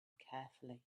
carefully